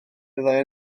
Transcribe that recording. fyddai